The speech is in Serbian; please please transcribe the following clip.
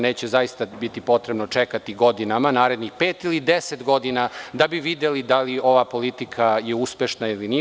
Neće zaista biti potrebno čekati godinama, narednih pet ili 10 godina, da bi videli da li je ova politika uspešna ili nije.